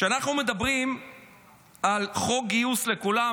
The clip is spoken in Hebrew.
כשאנחנו מדברים על חוק גיוס לכולם,